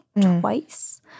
twice